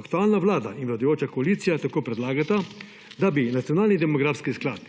Aktualna vlada in vladajoča koalicija tako predlagata, da bi nacionalni demografski sklad,